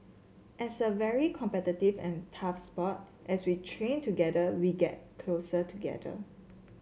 as a very competitive and tough sport as we train together we get closer together